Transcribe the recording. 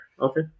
Okay